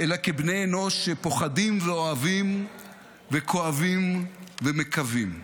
אלא כבני אנוש שפוחדים ואוהבים וכואבים ומקווים.